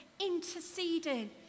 interceding